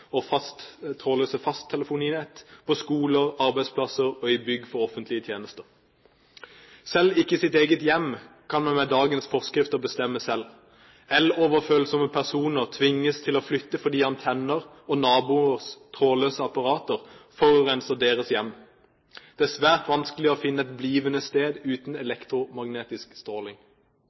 på skoler, arbeidsplasser og i bygg for offentlige tjenester. Selv ikke i sitt eget hjem kan man med dagens forskrifter bestemme selv. El-overfølsomme personer tvinges til å flytte fordi antenner og naboers trådløse apparater forurenser deres hjem. Det er svært vanskelig å finne et blivende sted uten elektromagnetisk stråling.